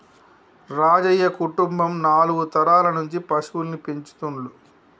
రాజయ్య కుటుంబం నాలుగు తరాల నుంచి పశువుల్ని పెంచుతుండ్లు